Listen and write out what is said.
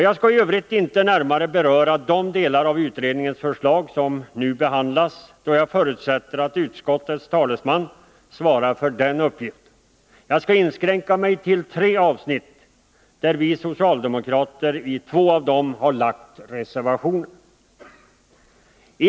Jag skall i övrigt inte närmare beröra de delar av utredningens förslag som nu behandlas, då jag förutsätter att utskottets talesman svarar för den uppgiften. Jag skall inskränka mig till tre avsnitt, av vilka vi socialdemokrater har reserverat oss i två.